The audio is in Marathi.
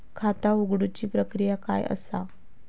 खाता उघडुची प्रक्रिया काय असा?